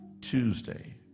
Tuesday